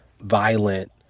violent